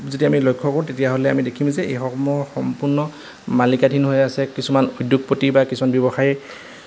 যদি আমি লক্ষ্য কৰোঁ তেতিয়াহ'লে আমি দেখিম যে এইসমূহৰ সম্পূৰ্ণ মালিকাধীন হৈ আছে কিছুমান উদ্যোগপতি বা কিছুমান ব্যৱসায়ী